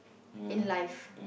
in life